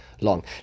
long